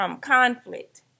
conflict